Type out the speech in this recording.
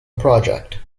project